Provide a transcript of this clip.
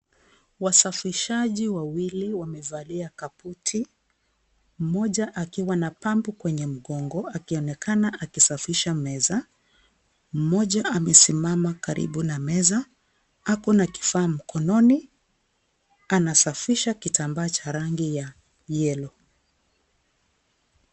Wasafishaji wawili wamevalia kaputi, mmoja akiwana pambu kwenye mkongo, akionekana akisafisha meza, mmoja amesimama karibu na meza, ako na kifaa mkononi, anasafisha kitambaa cha rangi ya yellow .